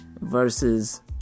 versus